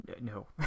No